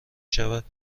شود